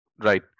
Right